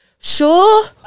sure